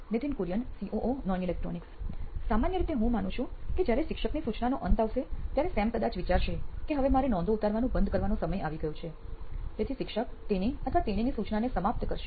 Nithin Kurian COO નોઇન electronics સામાન્ય રીતે હું માનું છું કે જ્યારે શિક્ષકની સૂચનાનો અંત આવશે ત્યારે સેમ કદાચ વિચારશે કે હવે મારે નોંધો ઉતારવાનું બંધ કરવાનો સમય આવી ગયો છે તેથી શિક્ષક તેની અથવા તેણીની સૂચનાને સમાપ્ત કરશે